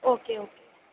okay okay